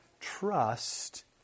trust